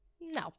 No